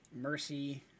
Mercy